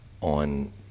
on